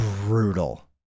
brutal